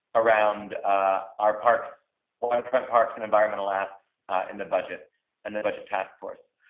around our parks parks and environmental asks in the budget and the budget task force